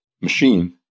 machine